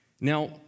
Now